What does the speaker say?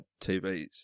TVs